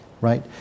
right